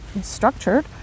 structured